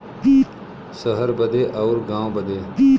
सहर बदे अउर गाँव बदे